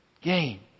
Gain